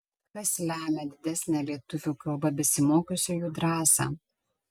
kas lemią didesnę lietuvių kalba besimokiusiųjų drąsą